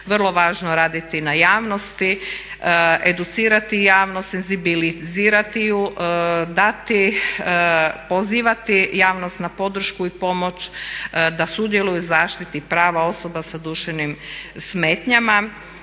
vrlo važno raditi na javnosti, educirati javnost, senzibilizirati ju, dati, pozivati javnost na podršku i pomoć da sudjeluju u zaštiti prava osoba sa duševnim smetnjama